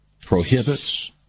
prohibits